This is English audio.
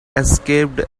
escaped